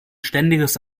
ständiges